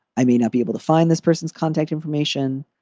i may not be able to find this person's contact information.